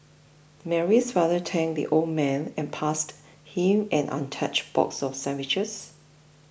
Mary's father thanked the old man and passed him an untouched box of sandwiches